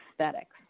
aesthetics